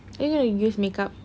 are you going to use makeup